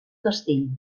castell